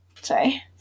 Sorry